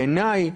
בעיניי,